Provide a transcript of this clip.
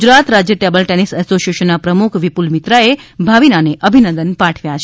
ગુજરાત રાજ્ય table tennis એસોસિએશનના પ્રમુખ વિપુલ મિત્રા એ ભાવિનાને અભિનંદન પાઠવ્યા છે